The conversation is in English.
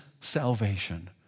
salvation